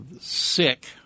Sick